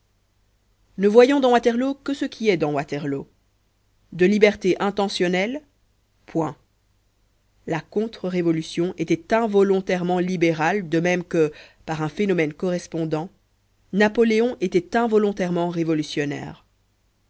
ne voyons dans waterloo que ce qui est dans waterloo de liberté intentionnelle point la contre révolution était involontairement libérale de même que par un phénomène correspondant napoléon était involontairement révolutionnaire